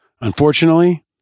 unfortunately